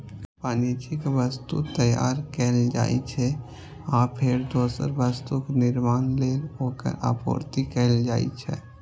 वाणिज्यिक वस्तु तैयार कैल जाइ छै, आ फेर दोसर वस्तुक निर्माण लेल ओकर आपूर्ति कैल जाइ छै